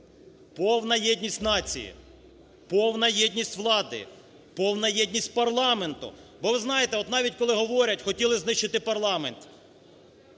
Повна єдність нації. Повна єдність влади. Повна єдність парламенту. Бо ви знаєте, от навіть коли говорять, хотіли знищити парламент.